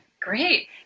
Great